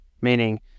meaning